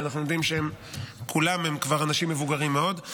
ואנחנו יודעים שהם כולם כבר אנשים מבוגרים מאוד.